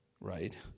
right